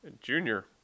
junior